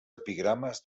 epigrames